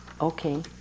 Okay